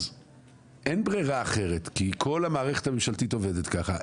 אז אין ברירה אחרת כי כל המערכת הממשלתית עובדת כך,